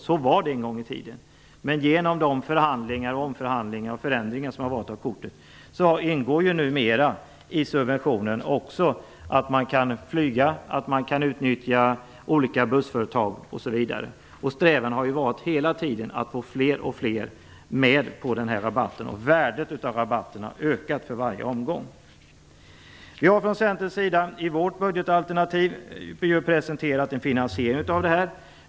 Så var det en gång i tiden, men genom de förhandlingar, omförhandlingar och förändringar som har skett ingår numera i subventionen att man kan flyga, utnyttja olika bussföretag osv. Strävan har hela tiden varit att få fler och fler med på rabatten. Värdet av rabatten har ökat för varje omgång. I vårt budgetalternativ har vi i Centern presenterat en finansiering av detta.